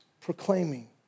proclaiming